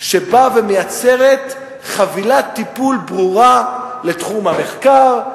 שבאה ומייצרת חבילת טיפול ברורה לתחום המחקר,